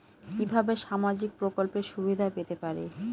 কিভাবে সামাজিক প্রকল্পের সুবিধা পেতে পারি?